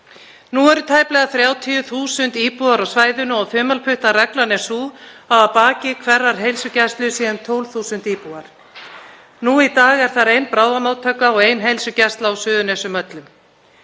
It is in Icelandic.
Nú eru tæplega 30.000 íbúar á svæðinu og þumalputtareglan er sú að að baki hverri heilsugæslu séu um 12.000 íbúar. Nú í dag er ein bráðamóttaka og ein heilsugæsla á Suðurnesjunum öllum.